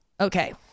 Okay